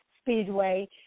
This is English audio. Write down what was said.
speedway